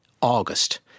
August